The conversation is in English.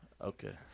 okay